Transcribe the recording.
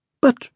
But